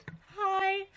Hi